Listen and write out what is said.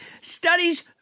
Studies